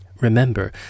Remember